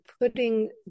putting